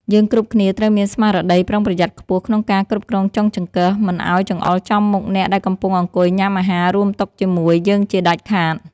យើងគ្រប់គ្នាត្រូវមានស្មារតីប្រុងប្រយ័ត្នខ្ពស់ក្នុងការគ្រប់គ្រងចុងចង្កឹះមិនឱ្យចង្អុលចំមុខអ្នកដែលកំពុងអង្គុយញ៉ាំអាហាររួមតុជាមួយយើងជាដាច់ខាត។